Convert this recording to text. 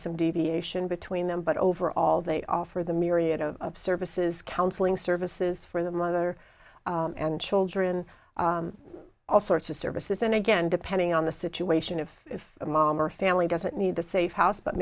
some deviation between them but over all they offer the myriad of services counseling services for the mother and children all sorts of services and again depending on the situation if a mom or family doesn't need the safe house but